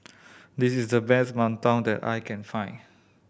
this is the best mantou that I can find